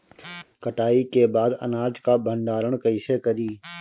कटाई के बाद अनाज का भंडारण कईसे करीं?